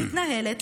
שמתנהלת,